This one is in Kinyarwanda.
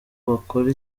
bakore